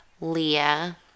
leah